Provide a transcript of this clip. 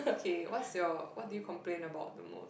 okay what's your what do you complain about the most